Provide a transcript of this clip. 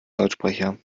lautsprecher